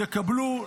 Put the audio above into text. יקבלו,